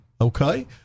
okay